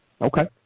Okay